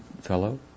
fellow